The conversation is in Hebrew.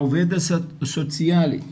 העובדת הסוציאלית,